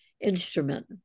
instrument